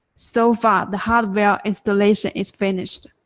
so far the hardware installation is finished.